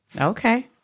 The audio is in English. Okay